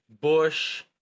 Bush